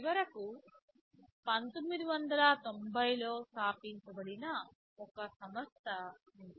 చివరకు 1990 లో స్థాపించబడిన ఒక సంస్థ ఉంది